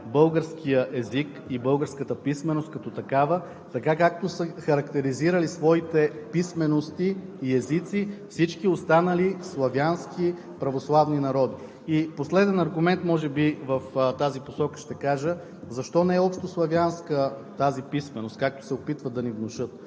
българския език и българската писменост като такива, както са характеризирали своите писмености и езици всички останали славянски православни народи. Ще дам може би последен аргумент в посока защо не е общославянска тази писменост, както се опитват да ни внушат?